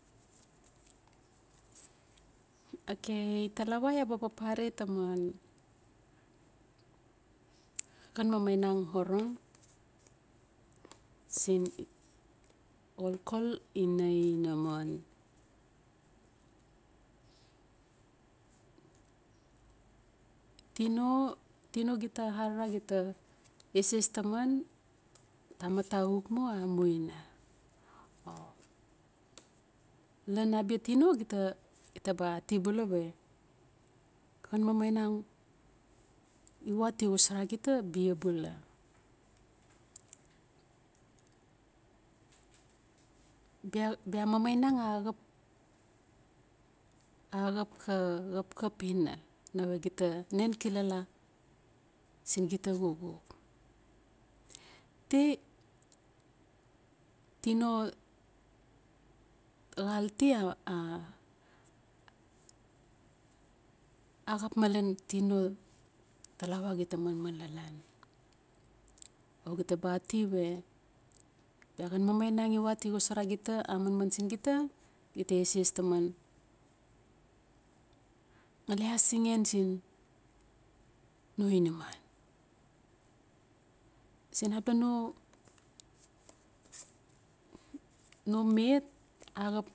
Ok, talawa ya ba papare taman xan mamainang orong sin xolxol in ainaman. Tino, tino gita arara gita eses taman, tamat axuk mu a muina lan abia tino gita gita ba ati bula we xan mamainang iwa ti xosora gita bia bula. Bia- bia mamainang axap axap xa xap xap ina nawe gita na xilala sin gita xuxuk. Ti tino xal ti a- a axap malen tino talawa gitata manman lalan o gita ba ati we bia xan mamainang iwa ti xosora gita a manman sin gita gita eses taman ngali asinxan sin no inaman sin abala no met axap.